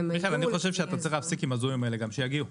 אני חושב שאתה צריך להפסיק עם הזום שיגיעו.